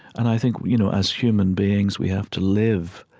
and i think, you know as human beings, we have to live